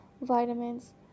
vitamins